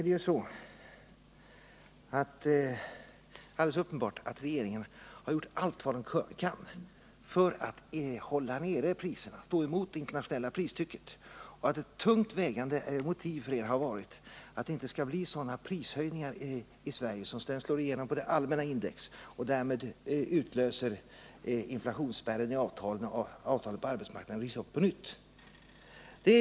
Det är alldeles uppenbart att regeringen har gjort allt den kan för att hålla nere priserna, stå emot de internationella prishöjningarna. Ett tungt vägande motiv för er har varit att det inte skall bli sådana prishöjningar i Sverige — som senare slår igenom på det allmänna index — att de utlöser inflationsspärren i avtalen på arbetsmarknaden, så att de rivs upp och leder till nya förhandingar.